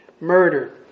murder